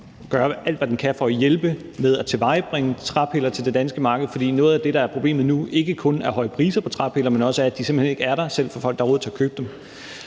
gøre alt, hvad den kan, for at hjælpe med at tilvejebringe træpiller til det danske marked. For noget af det, der er problemet nu, er ikke kun høje priser på træpiller, men også, at de simpelt hen ikke er der, selv for folk, der har råd til at købe dem.